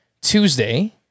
Tuesday